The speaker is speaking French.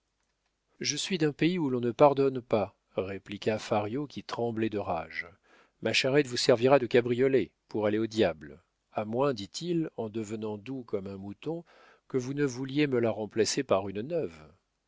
je suis d'un pays où l'on ne pardonne pas répliqua fario qui tremblait de rage ma charrette vous servira de cabriolet pour aller au diable à moins dit-il en devenant doux comme un mouton que vous ne vouliez me la remplacer par une neuve